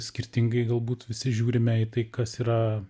skirtingai galbūt visi žiūrime į tai kas yra